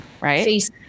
right